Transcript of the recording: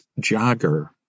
jogger